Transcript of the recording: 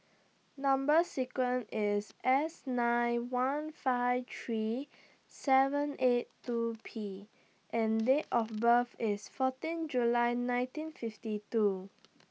Number sequence IS S nine one five three seven eight two P and Date of birth IS fourteen July nineteen fifty two